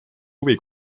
huvi